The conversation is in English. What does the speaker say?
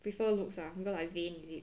prefer looks lah because I vain is it